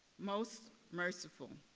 most merciful,